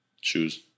Shoes